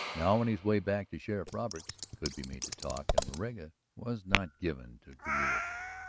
now on his way back to sheriff roberts, could be made to talk. and moraga was not given to garrulity.